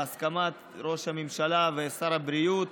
בהסכמת ראש הממשלה ושר הבריאות